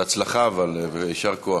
בהצלחה, אבל, ויישר כוח.